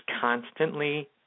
constantly